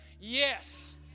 Yes